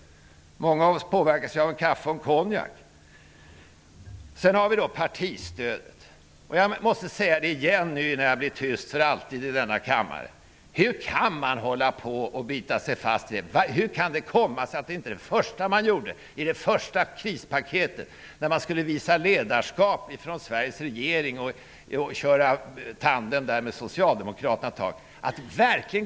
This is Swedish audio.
Många av oss påverkas av kaffe och konjak. Jag vill också säga några ord om partistödet innan jag blir tyst för alltid i denna kammare. Hur kan man bita sig fast vid stödet? I det första krispaketet, när man skulle visa ledarskap ifrån Sveriges regering och köra tandem med Socialdemokraterna, så borde partistödet ha varit det första man tog itu med.